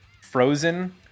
Frozen